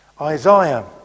Isaiah